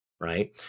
right